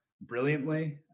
brilliantly